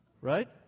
right